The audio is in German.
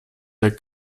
der